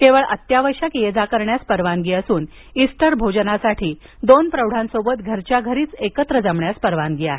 केवळ अत्यावश्यक ये जा करण्यास परवानगी असून इस्टर भोजनासाठी दोन प्रौढांसोबत घरच्या घरीच एकत्र जमण्यास परवानगी आहे